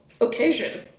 occasion